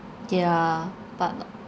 yeah but